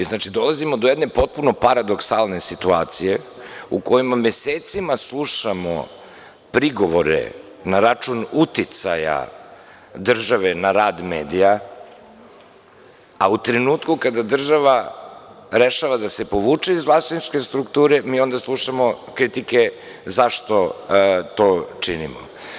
Dolazimo do jedne potpuno paradoksalne situacije, o kojoj mesecima slušamo prigovore na račun uticaja države na rad medija, a u trenutno kada država rešava da se povuče iz vlasničke strukture, onda slušamo kritike zašto to činimo.